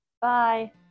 Bye